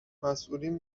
مسئولین